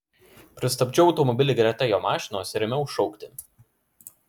pristabdžiau automobilį greta jo mašinos ir ėmiau šaukti